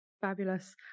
Fabulous